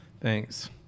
thanks